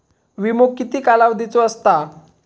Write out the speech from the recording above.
विमो किती कालावधीचो असता?